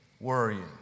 worrying